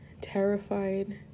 terrified